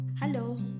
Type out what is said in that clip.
Hello